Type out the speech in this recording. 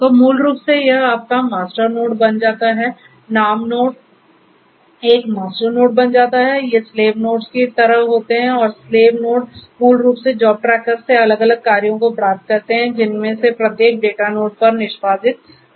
तो मूल रूप से यह आपका मास्टर नोड बन जाता है नाम नोड एक मास्टर नोड बन जाता है ये स्लेव् नोड्स की तरह होते हैं और स्लेव् नोड मूल रूप से जॉब ट्रैकर से अलग अलग कार्यों को प्राप्त करते हैं जिन्हें इनमें से प्रत्येक डाटा नोड पर निष्पादित करना होगा